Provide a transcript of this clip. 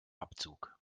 abzug